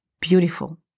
beautiful